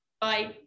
Bye